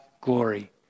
glory